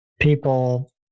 people